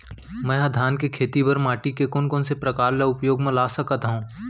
मै ह धान के खेती बर माटी के कोन कोन से प्रकार ला उपयोग मा ला सकत हव?